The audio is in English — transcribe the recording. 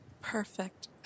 Perfect